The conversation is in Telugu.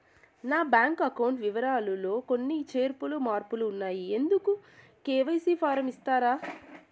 నా బ్యాంకు అకౌంట్ వివరాలు లో కొన్ని చేర్పులు మార్పులు ఉన్నాయి, ఇందుకు కె.వై.సి ఫారం ఇస్తారా?